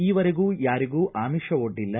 ಈ ವರೆಗೂ ಯಾರಿಗೂ ಆಮಿಷವೊಡ್ಡಿಲ್ಲ